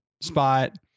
spot